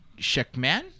Shackman